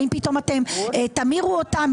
האם פתאום אתם תמירו אותם,